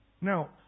Now